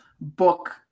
book